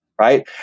right